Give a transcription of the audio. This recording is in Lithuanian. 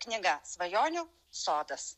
knyga svajonių sodas